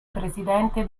presidente